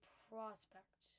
prospect